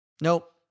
Nope